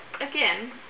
again